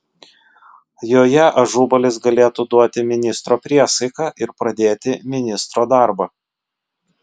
joje ažubalis galėtų duoti ministro priesaiką ir pradėti ministro darbą